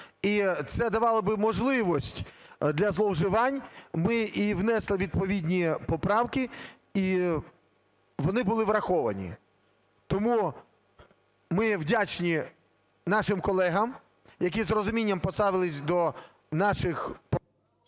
і це давало би можливість для зловживань ми і внесли відповідні поправки, і вони були враховані. Тому ми вдячні нашим колегам, які з розумінням поставились до наших...